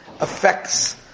affects